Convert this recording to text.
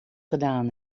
gedaan